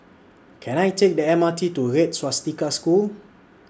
Can I Take The M R T to Red Swastika School